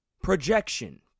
Projection